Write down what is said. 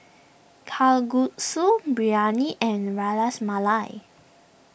Kalguksu Biryani and Ras Malai